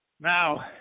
Now